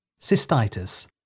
cystitis